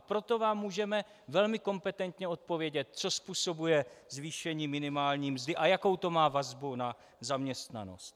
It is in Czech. Proto vám můžeme velmi kompetentně odpovědět, co způsobuje zvýšení minimální mzdy a jakou to má vazbu na zaměstnanost.